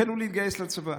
החלו להתגייס לצבא.